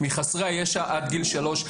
מחסרי הישע עד גיל שלוש.